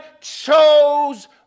chose